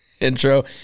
intro